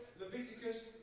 Leviticus